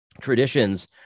traditions